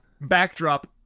Backdrop